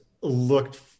looked